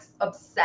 obsessed